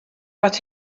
but